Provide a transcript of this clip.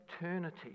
eternity